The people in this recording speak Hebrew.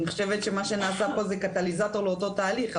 אני חושבת שמה שנעשה פה זה קטליזטור לאותו תהליך,